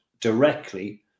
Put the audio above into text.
directly